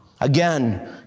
Again